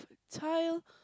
child